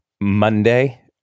Monday